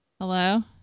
Hello